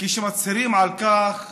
כשמצהירים על כך